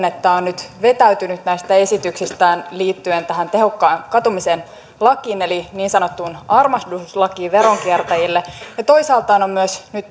että on nyt vetäytynyt näistä esityksistään liittyen tähän tehokkaan katumisen lakiin eli niin sanottuun armahduslakiin veronkiertäjille ja toisaalta on myös nyt